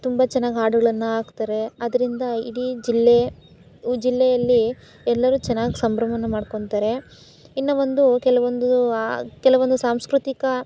ತುಂಬ ಚೆನ್ನಾಗಿ ಹಾಡುಗಳನ್ನ ಹಾಕ್ತಾರೆ ಅದರಿಂದ ಇಡೀ ಜಿಲ್ಲೆ ಜಿಲ್ಲೆಯಲ್ಲಿ ಎಲ್ಲರೂ ಚೆನ್ನಾಗಿ ಸಂಭ್ರಮನ ಮಾಡ್ಕೊಳ್ತಾರೆ ಇನ್ನೂ ಒಂದು ಕೆಲವೊಂದು ಕೆಲವೊಂದು ಸಾಂಸ್ಕೃತಿಕ